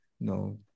no